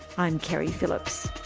i'm keri phillips